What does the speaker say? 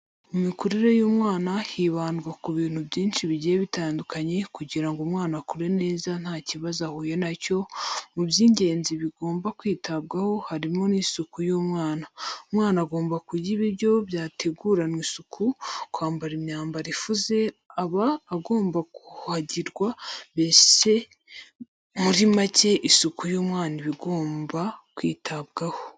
Mu mikurire y'umwana hibandwa ku bintu byinshi bigiye bitandukanye kugira ngo umwana akure neza nta kibazo ahuye na cyo, mu by'ingenzi bigomba kwitabwaho harimo n'isuku y'umwana. Umwana agomba kurya ibiryo byateguranwe isuku, kwambara imyambaro ifuze, aba agomba kuhagirwa mbese muri make isuku y'umwana iba igomba kwitabwaho.